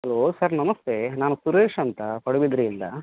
hello sir ನಮಸ್ತೆ ನಾನು ಸುರೇಶ್ ಅಂತ ಪಡುಬಿದ್ರಿಯಿಂದ